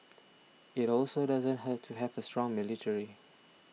it also doesn't hurt to have a strong military